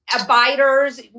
abiders